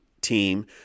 team